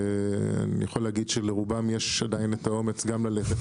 אני יכול להגיד שלרובם יש עדיין את האומץ גם ללכת,